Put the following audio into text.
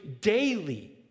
daily